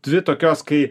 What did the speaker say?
dvi tokios kai